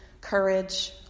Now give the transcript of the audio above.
courage